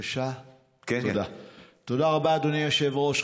תודה רבה, אדוני היושב-ראש.